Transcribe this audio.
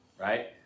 right